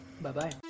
Bye-bye